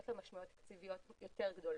לה משמעויות תקציביות קצת יותר גדולות.